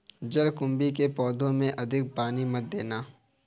जलकुंभी के पौधों में अधिक पानी मत देना